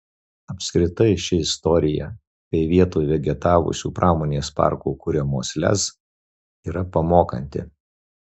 apskritai ši istorija kai vietoj vegetavusių pramonės parkų kuriamos lez yra pamokanti